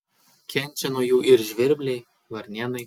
kenčia nuo jų ir žvirbliai varnėnai